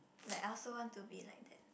like I also want to be like that